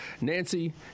Nancy